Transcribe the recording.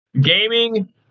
gaming